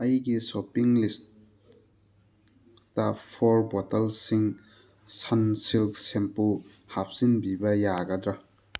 ꯑꯩꯒꯤ shopping list for ꯕꯣꯇꯜꯁꯤꯡ Sunsilk shampoo ꯍꯥꯞꯆꯤꯟꯕꯤꯕ ꯌꯥꯒꯗ꯭ꯔꯥ